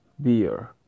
beer